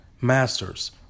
masters